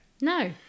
No